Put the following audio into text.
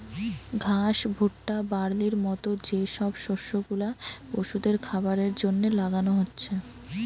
ঘাস, ভুট্টা, বার্লির মত যে সব শস্য গুলা পশুদের খাবারের জন্যে লাগানা হচ্ছে